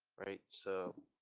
right? so